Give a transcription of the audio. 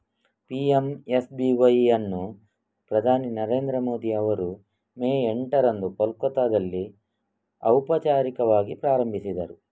PMSBY ಅನ್ನು ಪ್ರಧಾನಿ ನರೇಂದ್ರ ಮೋದಿ ಅವರು ಮೇ ಎಂಟರಂದು ಕೋಲ್ಕತ್ತಾದಲ್ಲಿ ಔಪಚಾರಿಕವಾಗಿ ಪ್ರಾರಂಭಿಸಿದರು